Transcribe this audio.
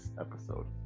episode